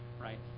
right